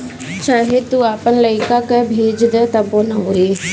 चाहे तू आपन लइका कअ भेज दअ तबो ना होई